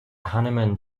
hanuman